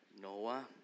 Noah